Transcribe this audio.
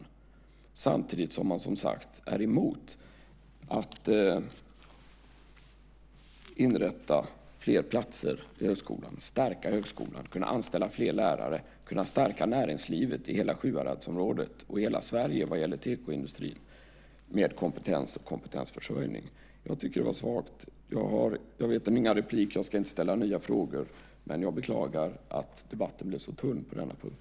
Samtidigt är man, som sagt, emot att inrätta fler platser vid högskolan, stärka högskolan, kunna anställa fler lärare, kunna stärka näringslivet i hela Sjuhäradsområdet och hela Sverige vad gäller tekoindustrin med kompetens och kompetensförsörjning. Jag tycker att det är svagt. Ulf Sjösten har inte fler inlägg, och jag ska inte ställa nya frågor. Men jag beklagar att debatten blev så tunn på denna punkt.